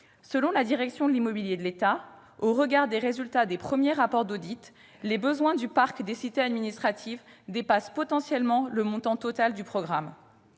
selon la direction de l'immobilier de l'État, au regard des résultats des premiers rapports d'audit, les besoins du parc des cités administratives dépassent potentiellement le montant total du programme.